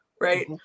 right